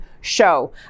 show